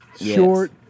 short